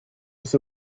with